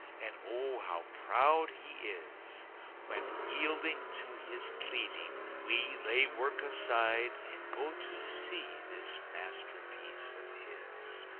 and oh, how proud he is when, yielding to his pleading, we lay work aside and go to see this masterpiece of his!